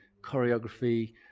choreography